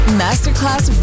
masterclass